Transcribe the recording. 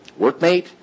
workmate